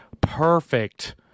perfect